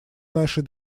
нашей